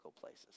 places